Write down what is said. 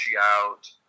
out